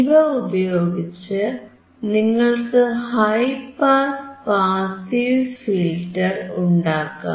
ഇവ ഉപയോഗിച്ച് നിങ്ങൾക്ക് ഹൈ പാസ് പാസീവ് ഫിൽറ്റർ ഉണ്ടാക്കാം